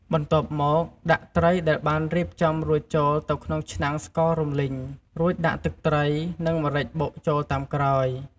បន្ទាប់មក ដាក់ត្រីដែលបានរៀបចំរួចចូលទៅក្នុងឆ្នាំងស្កររំលីង រួចដាក់ទឹកត្រីនិង ម្រេចបុកចូលតាមក្រោយ។